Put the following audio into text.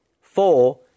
four